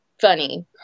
funny